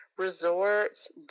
resorts